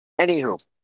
Anywho